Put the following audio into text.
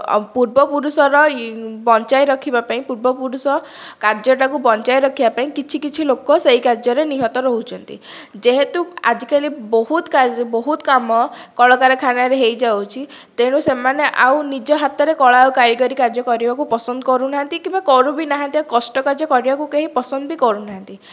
ପୂର୍ବପୁରୁଷର ବଞ୍ଚାଇ ରଖିବା ପାଇଁ ପୂର୍ବପୁରୁଷ କାର୍ଯ୍ୟଟାକୁ ବଞ୍ଚାଇ ରଖିବା ପାଇଁ କିଛି କିଛି ଲୋକ ସେହି କାର୍ଯ୍ୟରେ ନିହତ ରହୁଛନ୍ତି ଯେହେତୁ ଆଜିକାଲି ବହୁତ ବହୁତ କାମ କଳକାରଖାନାରେ ହୋଇଯାଉଛି ତେଣୁ ସେମାନେ ଆଉ ନିଜ ହାତରେ କଳା ଆଉ କାରିଗରୀ କାର୍ଯ୍ୟ କରିବାକୁ ପସନ୍ଦ କରୁନାହାନ୍ତି କିମ୍ବା କରୁ ବି ନାହାନ୍ତି କଷ୍ଟ କାର୍ଯ୍ୟ କରିବାକୁ ବି କେହି ପସନ୍ଦ ବି କରୁନାହାନ୍ତି